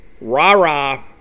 Rah-Rah